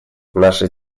наши